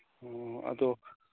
ꯑꯣ ꯑꯗꯨ